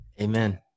Amen